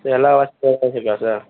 எல்லா வசதி இருக்கா சார்